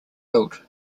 built